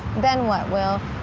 then what, will?